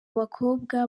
bakobwa